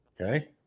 Okay